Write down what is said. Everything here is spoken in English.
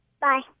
Bye